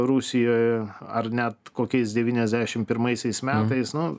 rusijoje ar net kokiais devyniasdešimt pirmaisiais metais nu